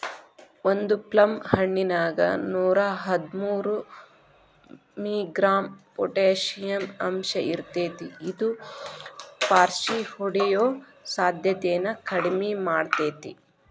ಒಂದು ಪ್ಲಮ್ ಹಣ್ಣಿನ್ಯಾಗ ನೂರಾಹದ್ಮೂರು ಮಿ.ಗ್ರಾಂ ಪೊಟಾಷಿಯಂ ಅಂಶಇರ್ತೇತಿ ಇದು ಪಾರ್ಷಿಹೊಡಿಯೋ ಸಾಧ್ಯತೆನ ಕಡಿಮಿ ಮಾಡ್ತೆತಿ